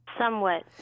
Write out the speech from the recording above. Somewhat